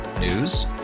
News